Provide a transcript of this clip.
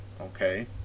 Okay